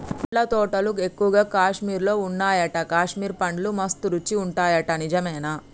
పండ్ల తోటలు ఎక్కువగా కాశ్మీర్ లో వున్నాయట, కాశ్మీర్ పండ్లు మస్త్ రుచి ఉంటాయట నిజమేనా